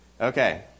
Okay